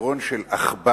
זיכרון של עכבר